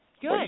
Good